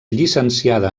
llicenciada